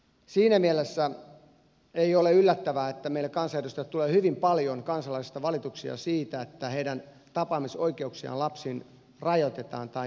siinä mielessä ei ole yllättävää että meille kansanedustajille tulee hyvin paljon kansalaisilta valituksia siitä että heidän tapaamisoikeuksiaan lapsiin rajoitetaan tai täysin estetään